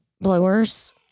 blowers